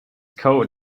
coat